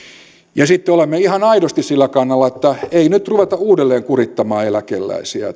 sitten olemme ihan aidosti sillä kannalla että ei nyt ruveta uudelleen kurittamaan eläkeläisiä